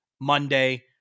Monday